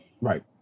Right